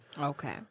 Okay